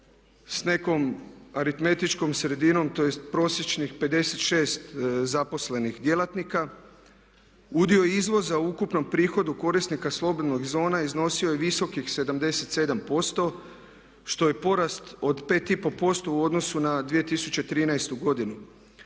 s nekom aritmetičkom sredinom tj. prosječnih 56 zaposlenih djelatnika. Udio izvoza u ukupnom prihodu korisnika slobodnih zona iznosio je visokih 77% što je porast od 5,5% u odnosu na 2013. godinu.